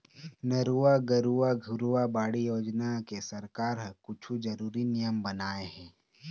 नरूवा, गरूवा, घुरूवा, बाड़ी योजना के सरकार ह कुछु जरुरी नियम बनाए हे